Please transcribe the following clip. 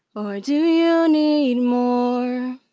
or do you need more?